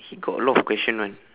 he got a lot of question [one]